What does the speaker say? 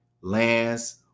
lands